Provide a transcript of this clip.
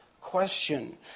question